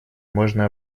можно